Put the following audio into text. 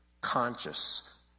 conscious